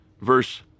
verse